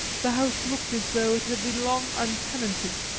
the house looked as though it had been long untenanted.